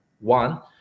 one